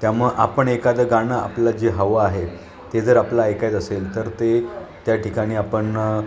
त्यामुळं आपण एखादं गाणं आपल्याला जे हवं आहे ते जर आपल्याला ऐकायचं असेल तर ते त्या ठिकाणी आपण